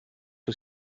wyt